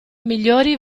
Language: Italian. migliori